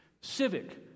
civic